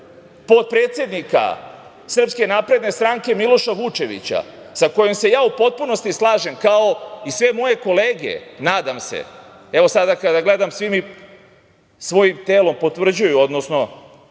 potpredsednika SNS Miloša Vučevića, sa kojom se ja u potpunosti slažem, kao i sve moje kolege, nadam se i evo sada kada gledam svi mi svojim telom potvrđuju, odnosno